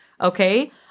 Okay